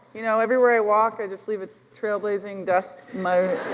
you know everywhere i walk, i just leave a trailblazing dust.